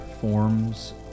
forms